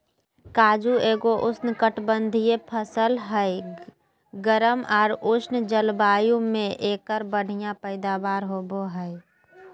काजू एगो उष्णकटिबंधीय फसल हय, गर्म आर उष्ण जलवायु मे एकर बढ़िया पैदावार होबो हय